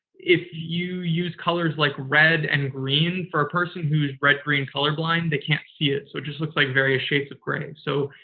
if you use colors like red and green, for a person who's red-green colorblind, they can't see it. so, it just looks like various shapes of gray. so,